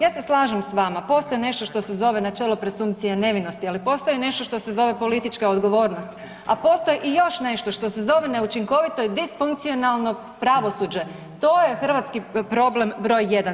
Ja se slažem s vama, postoji nešto što se zove načelo presumpcije nevinosti, ali postoji i nešto što se zove politička odgovornost, a postoji i još nešto što se zove neučinkovito i disfunkcionalno pravosuđe, to je hrvatski problem broj jedan.